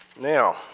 Now